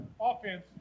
offense